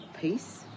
peace